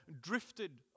drifted